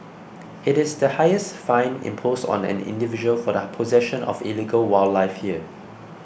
it is the highest fine imposed on an individual for the possession of illegal wildlife here